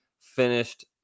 finished